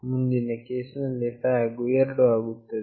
ಮುಂದಿನ ಕೇಸ್ ನಲ್ಲಿ flag ವು 2 ಆಗುತ್ತದೆ